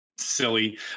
silly